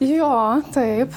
jo taip